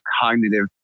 cognitive